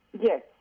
Yes